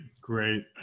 great